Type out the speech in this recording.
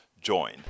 join